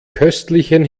köstlichen